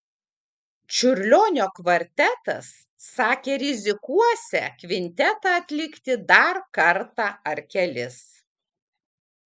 čiurlionio kvartetas sakė rizikuosią kvintetą atlikti dar kartą ar kelis